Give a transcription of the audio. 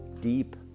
Deep